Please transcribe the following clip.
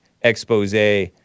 expose